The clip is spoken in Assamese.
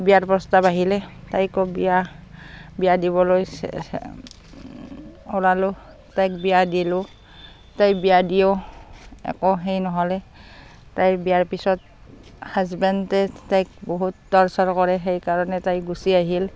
বিয়াৰ প্ৰস্তাৱ আহিলে তাইকো বিয়া বিয়া দিবলৈ ওলালোঁ তাইক বিয়া দিলোঁ তাইক বিয়া দিও আকৌ সেই নহ'লে তাইক বিয়াৰ পিছত হাজবেণ্ডে তাইক বহুত টৰ্চাৰ কৰে সেইকাৰণে তাই গুচি আহিল